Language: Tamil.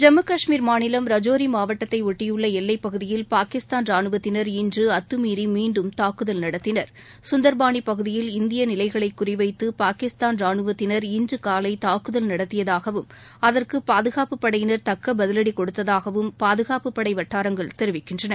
ஜம்மு கஷ்மீர் மாநிலம் ரஜோரி மாவட்டத்தை ஒட்டியுள்ள எல்லைப் பகுதியில் பாகிஸ்தான் ராணுவத்தினர் இன்று அத்துமீறி மீண்டும் தாக்குதல் நடத்தினர் சுந்தர்பாணி பகுதியில் இந்திய நிலைகளை குறி வைத்து பாகிஸ்தான் ராணூவத்தினர் இன்று காலை தூக்குதல் நடத்தியதாகவும் அதற்கு பாதுகாப்பு படையினர் தக்க பதிலடி கொடுத்ததாகவும் பாதுகாப்பு படை வட்டாரங்கள் தெரிவிக்கின்றன